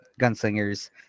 gunslingers